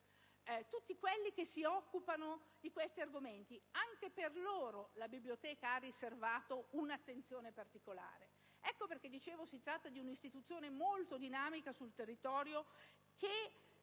tutti quelli che si occupano di questi argomenti. Anche a loro la Biblioteca ha riservato una attenzione particolare, ed ecco perché si tratta di un'istituzione molto dinamica sul territorio, che